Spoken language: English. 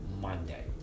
Monday